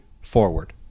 forward